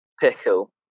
pickle